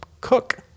cook